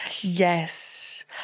Yes